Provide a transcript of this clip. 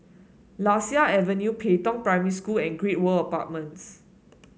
Lasia Avenue Pei Tong Primary School and Great World Apartments